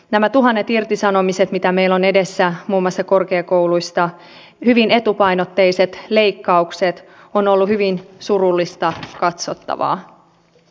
nämä tuhannet irtisanomiset mitä meillä on edessä muun muassa korkeakouluissa ja hyvin etupainotteiset leikkaukset ovat olleet hyvin surullista katsottavaa